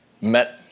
met